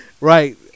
right